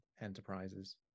enterprises